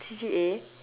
C_C_A